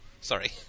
sorry